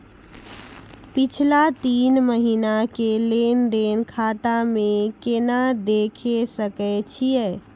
पिछला तीन महिना के लेंन देंन खाता मे केना देखे सकय छियै?